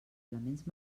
elements